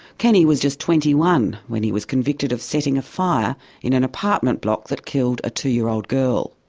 kenny was just twenty one when he was convicted of setting a fire in an apartment block that killed a two year old girl.